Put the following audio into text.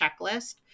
checklist